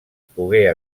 pogué